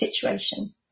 situation